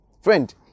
Friend